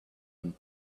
him